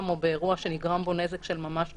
או באירוע שנגרם בו נזק של ממש לרכוש,